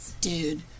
dude